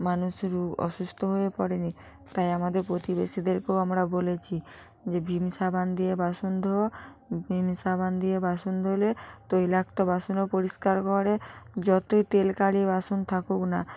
মানুষ রু অসুস্থ হয়ে পড়েনি তাই আমাদের প্রতিবেশীদেরকেও আমরা বলেছি যে ভিম সাবান দিয়ে বাসন ধোও ভিম সাবান দিয়ে বাসন ধুলে তৈলাক্ত বাসনও পরিষ্কার করে যতই তেল কালি বাসন থাকুক না